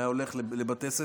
היו הולכים לבתי ספר,